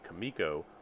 Kamiko